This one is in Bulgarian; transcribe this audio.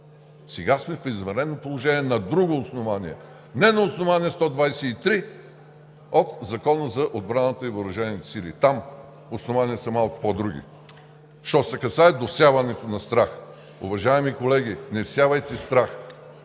Сега сме в извънредно положение на друго основание, а не на основание чл. 123 от Закона за отбраната и въоръжените сили. Там основанията са малко по-други, що се касае до всяването на страх. Уважаеми колеги, не всявайте страх!